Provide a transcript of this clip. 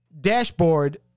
dashboard